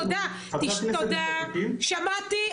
שמעתי,